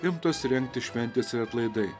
imtos rengti šventės ir atlaidai